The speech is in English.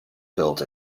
built